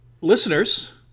Listeners